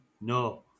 no